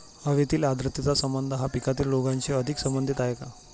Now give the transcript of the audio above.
हवेतील आर्द्रतेचा संबंध हा पिकातील रोगांशी अधिक संबंधित आहे का?